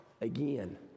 again